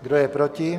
Kdo je proti?